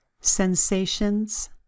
Sensations